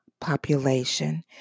population